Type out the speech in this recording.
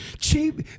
Cheap